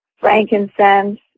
Frankincense